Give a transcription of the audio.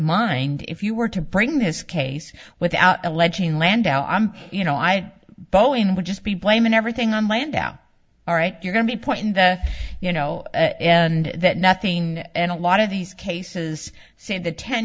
mind if you were to bring this case without alleging landau i'm you know i boeing would just be blaming everything on my end out all right you're going to be put in the you know and that nothing and a lot of these cases say the ten